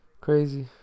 crazy